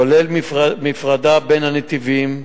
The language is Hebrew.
וכולל מפרדה בין הנתיבים.